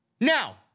Now